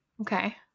Okay